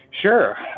Sure